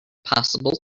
possible